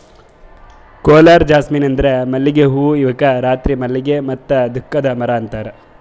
coral jasmine ಅಂದುರ್ ಮಲ್ಲಿಗೆ ಹೂವು ಇವುಕ್ ರಾತ್ರಿ ಮಲ್ಲಿಗೆ ಮತ್ತ ದುಃಖದ ಮರ ಅಂತಾರ್